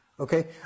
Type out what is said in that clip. Okay